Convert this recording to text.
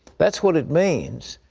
that's what it means.